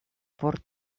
por